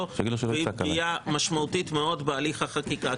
והיא פגיעה משמעותית מאוד בהליך החקיקה,